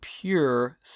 pure